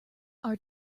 our